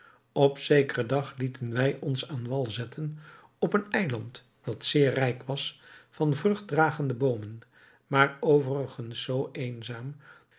op zekeren dag lieten wij ons aan wal zetten op een eiland dat zeer rijk was van vruchtdragende boomen maar overigens zoo eenzaam